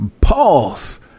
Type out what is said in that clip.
pause